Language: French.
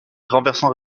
renversant